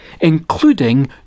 including